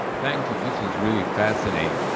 thank you. this is really fascinating.